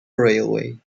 railway